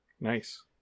nice